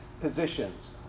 positions